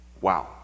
Wow